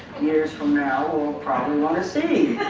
years from now will probably want to see